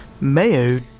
Mayo